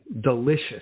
delicious